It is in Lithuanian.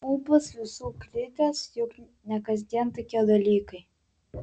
ūpas visų kritęs juk ne kasdien tokie dalykai